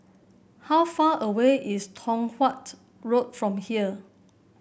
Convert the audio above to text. how far away is Tong Watt Road from here